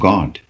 God